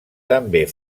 també